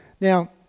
Now